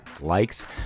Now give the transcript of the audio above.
likes